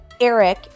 Eric